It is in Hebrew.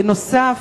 בנוסף,